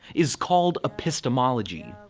is called epistomology. and